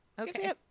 Okay